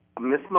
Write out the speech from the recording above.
Miss